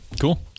Cool